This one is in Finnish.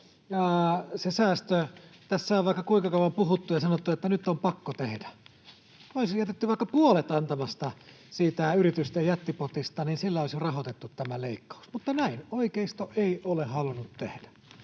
se säästö puolet? Tässä on vaikka kuinka kauan puhuttu ja sanottu, että nyt on pakko tehdä. Olisi jätetty vaikka puolet antamatta siitä yritysten jättipotista, sillä olisi jo rahoitettu tämä leikkaus, mutta näin oikeisto ei ole halunnut tehdä.